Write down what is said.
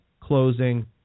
closing